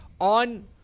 On